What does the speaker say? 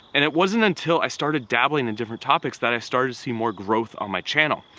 and it wasn't until i started dabbling in different topics that i started to see more growth on my channel.